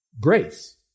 grace